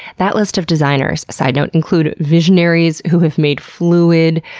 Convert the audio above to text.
that list of designers, side note, include visionaries who have made fluid,